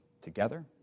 together